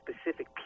specific